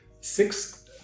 six